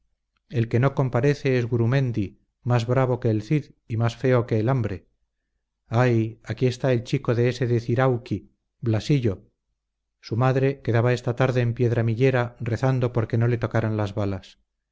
el que no comparece es gurumendi más bravo que el cid y más feo que el hambre ay aquí está el chico ese de cirauqui blasillo su madre quedaba esta tarde en piedramillera rezando porque no le tocaran las balas